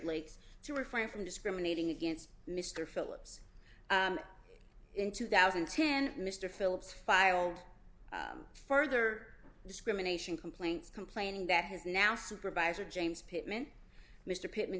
lakes to refrain from discriminating against mr phillips in two thousand and ten mr phillips filed further discrimination complaints complaining that his now supervisor james pittman mr pittman